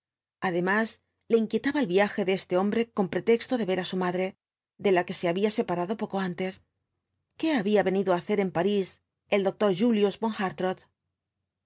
además le inquietaba el viaje de este hombre con pretexto de ver á su madre de la que se había separado poco antes qué había venido á hacer en parís el doctor julius